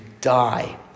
die